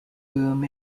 boom